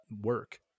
work